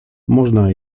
można